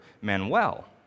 Manuel